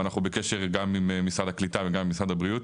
ואנחנו בקשר גם עם משרד הקליטה וגם עם משרד הבריאות.